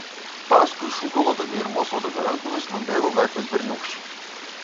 paskui šūkalodami ir mosuodami rankomis nubėgo gatvės berniūkščiai